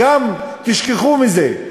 תשכחו מזה.